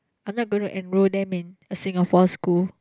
I'm not going to enroll them in a Singapore school